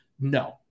No